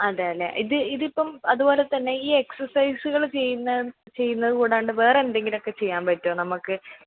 അതെ അല്ലേ ഇത് ഇതിപ്പം അതുപോലെ തന്നെ ഈ എക്സർസൈസുകൾ ചെയ്യുന്നത് ചെയ്യുന്നത് കൂടാണ്ട് വേറെ എന്തെങ്കിലുമൊക്കെ ചെയ്യാൻ പറ്റുമോ നമുക്ക്